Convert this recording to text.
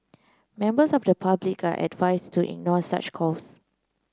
members of the public are advised to ignore such calls